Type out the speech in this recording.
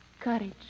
Courage